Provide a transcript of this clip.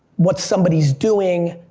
what somebody's doing,